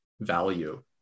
value